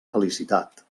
felicitat